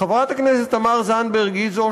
חברת הכנסת תמר זנדברג היא זו